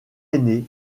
aîné